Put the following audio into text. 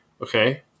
okay